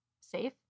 Safe